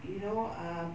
you know um